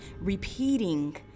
repeating